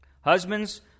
Husbands